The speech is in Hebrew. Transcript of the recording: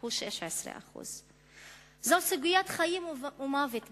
הוא 16%. זאת סוגיית חיים ומוות בשבילנו.